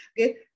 okay